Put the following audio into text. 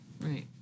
right